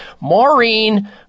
Maureen